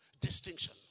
distinction